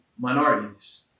minorities